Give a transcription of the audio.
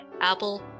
Apple